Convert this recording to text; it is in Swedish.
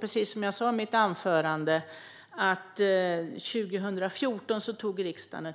Precis som jag sa i mitt anförande tog riksdagen 2014,